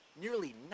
Nearly